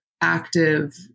active